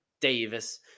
davis